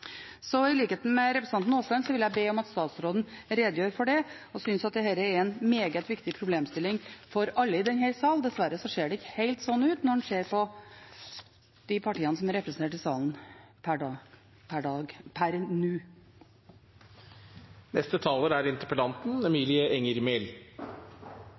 Så i likhet med representanten Aasland vil jeg be om at statsråden redegjør for det. Jeg synes dette er en meget viktig problemstilling for alle i denne sal. Dessverre ser det ikke helt slik ut når en ser på de partiene som er representert i salen per nå. Jeg vet ikke hvor mye vi har fått ut av denne interpellasjonen, men jeg synes det er